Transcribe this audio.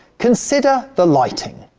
consider the lighting.